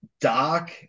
Doc